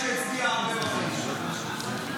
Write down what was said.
מאחד שהצדיע הרבה --- נכון,